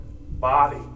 body